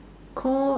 call